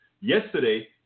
Yesterday